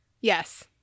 yes